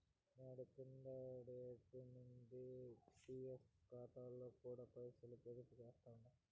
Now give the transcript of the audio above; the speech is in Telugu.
నేను కిందటేడు నించి పీఎఫ్ కాతాలో కూడా పైసలు పొదుపు చేస్తుండా